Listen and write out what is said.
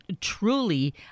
truly